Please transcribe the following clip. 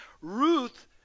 Ruth